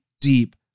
deep